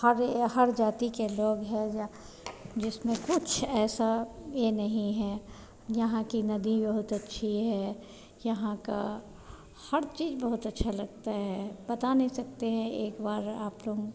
हर हर जाति के लोग है जिस में कुछ ऐसा यह नहीं है यहाँ की नदी बहुत अच्छी है यहाँ की हर चीज़ बहुत अच्छी लगती है बता नहीं सकते हैं एक बार आप लोग